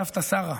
סבתא שרה,